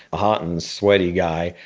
a hot and sweaty guy,